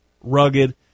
rugged